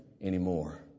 anymore